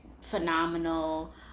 phenomenal